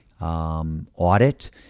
audit